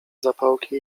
zapałki